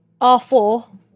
R4